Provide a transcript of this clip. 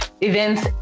events